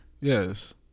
Yes